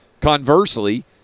Conversely